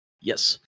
Yes